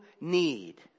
need